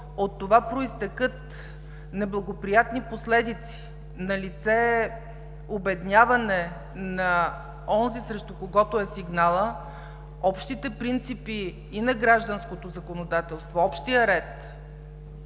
от това произтекат неблагоприятни последици, налице е обедняване на онзи, срещу когото е сигналът, общите принципи и на гражданското законодателство, общият ред